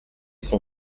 son